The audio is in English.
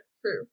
true